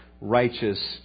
righteous